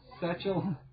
satchel